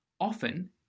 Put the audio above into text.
Often